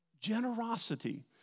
Generosity